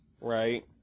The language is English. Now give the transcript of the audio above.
right